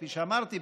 כפי שאמרתי,